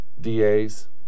DAs